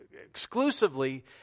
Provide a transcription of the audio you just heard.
exclusively